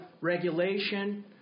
regulation